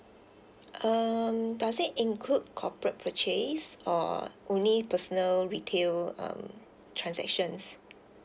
um does it include corporate purchase or only personal retail um transactions